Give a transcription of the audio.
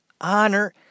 honor